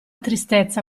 tristezza